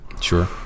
Sure